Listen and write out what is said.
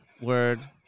word